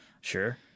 sure